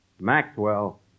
Maxwell